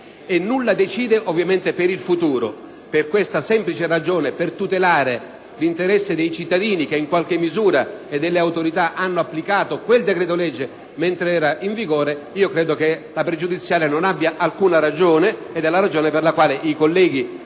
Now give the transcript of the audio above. nulla decide ovviamente per il futuro. Per questa semplice ragione, per tutelare l'interesse dei cittadini e in qualche misura delle autorità che hanno applicato quel decreto-legge mentre era in vigore, credo che la questione pregiudiziale non abbia alcun fondamento ed è la ragione per la quale ribadisco